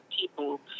people